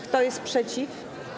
Kto jest przeciw?